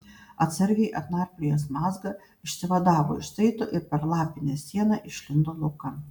atsargiai atnarpliojęs mazgą išsivadavo iš saito ir per lapinę sieną išlindo laukan